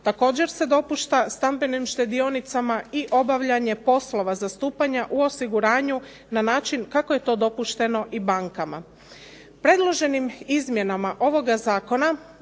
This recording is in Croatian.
Također se dopušta stambenim štedionicama i obavljanje poslova zastupanja u osiguranju na način kako je to dopušteno i bankama. Predloženim izmjenama ovoga zakona